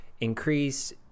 increase